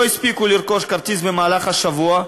הם לא הספיקו לרכוש כרטיס במהלך השבוע,